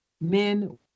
Men